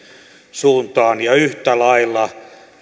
suuntaan ja yhtä lailla